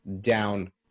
down